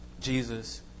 Jesus